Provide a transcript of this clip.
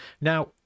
Now